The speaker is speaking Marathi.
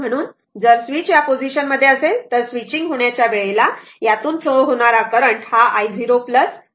म्हणून जर स्विच या पोझिशन मध्ये असेल तर स्विचींग होण्याच्या वेळेला यातून फ्लो होणारा करंट हा i0 असेल बरोबर